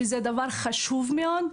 שזה דבר חשוב מאוד,